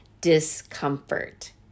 discomfort